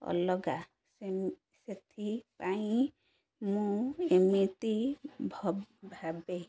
ଅଲଗା ସେଥିପାଇଁ ମୁଁ ଏମିତି ଭାବେ